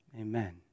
Amen